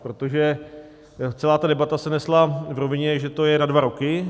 Protože celá ta debata se nesla v rovině, že to je na dva roky.